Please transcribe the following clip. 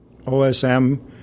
OSM